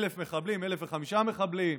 1,005 מחבלים,